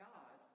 God